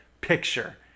picture